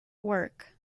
work